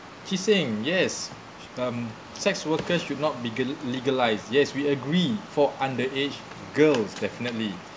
kee seng yes um sex workers should not be g~legalised yes we agree for underaged girls definitely